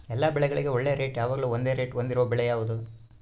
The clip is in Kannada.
ಎಲ್ಲ ಬೆಳೆಗಳಿಗೆ ಒಳ್ಳೆ ರೇಟ್ ಯಾವಾಗ್ಲೂ ಒಂದೇ ರೇಟ್ ಹೊಂದಿರುವ ಬೆಳೆ ಯಾವುದು?